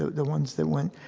the ones that went,